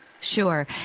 Sure